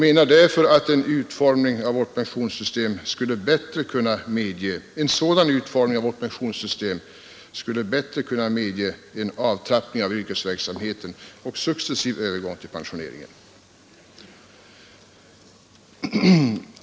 En sådan utformning av vårt pensionssystem skulle bättre medge en avtrappning av yrkesverksamheten och en successiv övergång till pensioneringen.